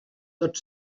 tot